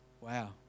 Wow